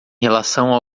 relação